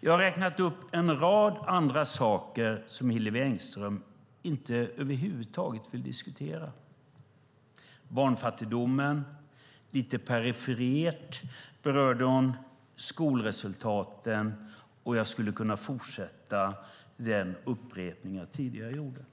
Jag har räknat upp en rad andra saker som Hillevi Engström över huvud taget inte vill diskutera. Barnfattigdomen är ett exempel. Lite perifert berörde du skolresultaten, och jag skulle kunna fortsätta den uppräkning jag tidigare gjorde.